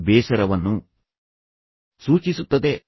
ಇದು ಬೇಸರವನ್ನು ಸೂಚಿಸುತ್ತದೆ